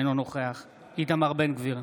אינו נוכח איתמר בן גביר,